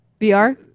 VR